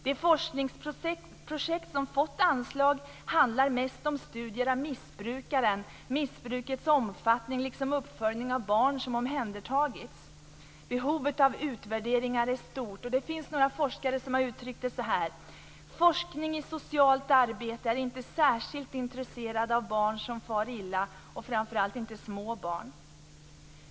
De forskningsprojekt som har fått anslag handlar mest om studier av missbrukaren, missbrukets omfattning liksom uppföljning av barn som har omhändertagits. Behovet av utvärderingar är stort, och det finns några forskare som har uttryckt det så här: Forskning i socialt arbete är inte särskilt intresserad av barn som far illa, framför allt inte av små barn.